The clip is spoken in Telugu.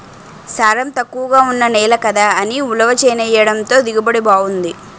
సారం తక్కువగా ఉన్న నేల కదా అని ఉలవ చేనెయ్యడంతో దిగుబడి బావుంది